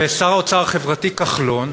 ושר האוצר החברתי כחלון,